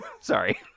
sorry